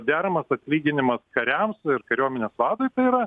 deramas atlyginimas kariams ir kariuomenės vadui tai yra